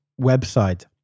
website